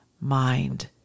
mind